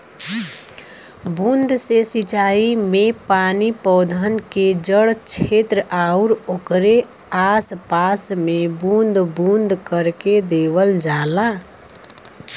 बूंद से सिंचाई में पानी पौधन के जड़ छेत्र आउर ओकरे आस पास में बूंद बूंद करके देवल जाला